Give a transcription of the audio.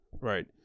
right